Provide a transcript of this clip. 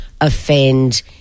offend